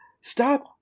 Stop